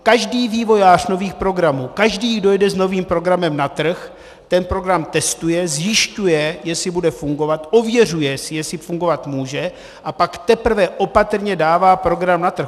Každý vývojář nových programů, každý, kdo jde s novým programem na trh, ten program testuje, zjišťuje, jestli bude fungovat, ověřuje, jestli fungovat může, a pak teprve opatrně dává program na trh.